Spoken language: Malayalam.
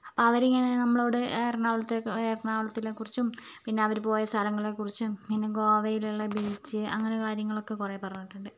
അപ്പോൾ അവരിങ്ങനെ നമ്മളോട് എറണാകുളത്തെ എറണാകുളത്തിനെക്കുറിച്ചും പിന്നെ അവർ പോയ സ്ഥലങ്ങളെക്കുറിച്ചും പിന്നെ ഗോവയിലുള്ള ബീച്ച് അങ്ങനെ കാര്യങ്ങളൊക്കെ കുറേ പറഞ്ഞിട്ടുണ്ട്